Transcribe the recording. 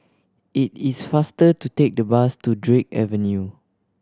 it is faster to take the bus to Drake Avenue